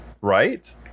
right